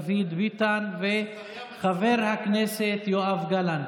חבר הכנסת דוד ביטן וחבר הכנסת יואב גלנט,